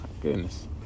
goodness